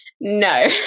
No